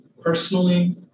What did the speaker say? personally